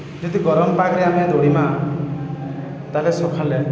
ଯଦି ଗରମ୍ ପାଗ୍ରେ ଆମେ ଦୌଡ଼ିମା ତା'ହେଲେ ସଖାଲେ